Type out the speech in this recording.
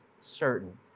certain